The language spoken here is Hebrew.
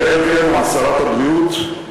יעל גרמן, שרת הבריאות,